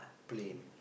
plane